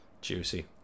Juicy